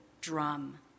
drum